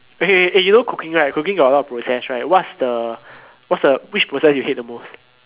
okay eh you know cooking right cooking got a lot of process right what's the what's the which process you hate the most